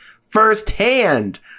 firsthand